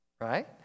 right